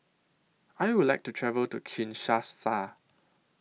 I Would like to travel to Kinshasa